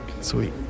Sweet